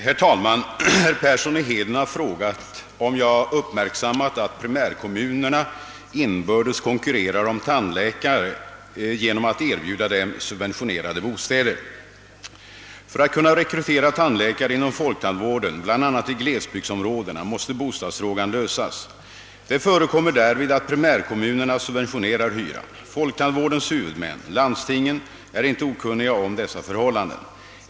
Herr talman! Herr Persson i Heden har frågat mig, om jag uppmärksam Södertälje mat att primärkommunerna inbördes konkurrerar om tandläkare genom att erbjuda dem subventionerade bostäder. För att kunna rekrytera tandläkare inom folktandvården bl.a. i glesbygdsområdena måste bostadsfrågan lösas. Det förekommer därvid att primärkommunerna subventionerar hyran. Folktandvårdens huvudmän — landstingen — är inte okunniga om dessa förhållanden.